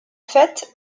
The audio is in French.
fait